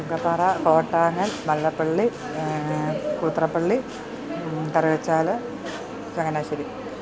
Chungathara Kottanam Vallappally Koothurappally Tharukachal Changanassery